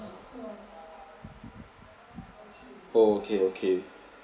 oh okay okay